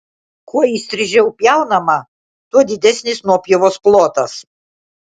kuo įstrižiau pjaunama tuo didesnis nuopjovos plotas